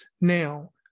Now